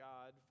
God